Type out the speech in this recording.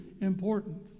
important